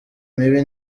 mibi